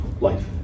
life